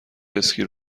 اسکی